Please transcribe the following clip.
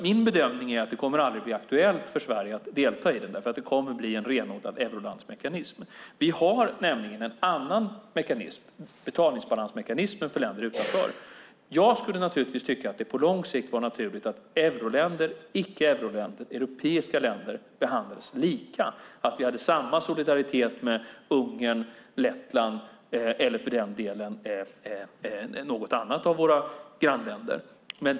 Min bedömning är att det aldrig kommer att bli aktuellt för Sverige att delta eftersom det kommer att bli en renodlad eurolandsmekanism. Vi har nämligen en annan mekanism, betalningsbalansmekanismen, för länder utanför euroland. Jag tycker naturligtvis att det på lång sikt vore naturligt att euroländer och icke-euroländer, europeiska länder, behandlas lika, att vi utövar samma solidaritet mot Ungern, Lettland eller för den delen något annat av våra grannländer.